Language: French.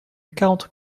quarante